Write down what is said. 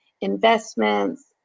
investments